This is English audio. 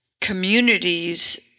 communities